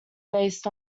based